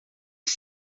que